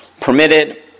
permitted